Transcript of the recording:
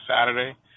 Saturday